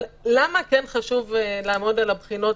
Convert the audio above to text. למה כן חשוב לעמוד על הבחינות,